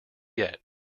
yet